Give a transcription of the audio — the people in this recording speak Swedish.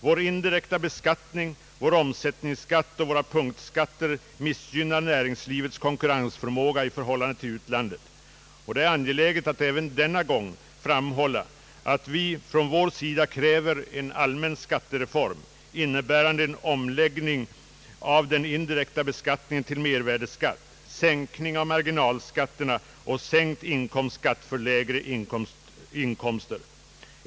Vår indirekta beskattning, vår omsättningsskatt och våra punktskatter, missgynnar näringslivets konkurrensförmåga i förhållande till utlandet, och det är angeläget att även denna gång framhålla att vi kräver en allmän skattereform, innebärande en omläggning av den indirekta beskattningen till mervärdeskatt, sänkning av marginalskatten och sänkt inkomstskatt för lägre inkomster.